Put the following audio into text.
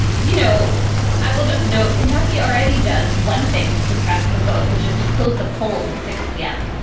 you know i will just note kentucky already does one thing to suppress the vote which is to close the polls at six zero p m.